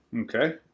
Okay